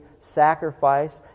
sacrifice